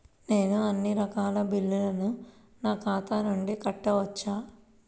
నేను అన్నీ రకాల బిల్లులను నా ఖాతా నుండి కట్టవచ్చా?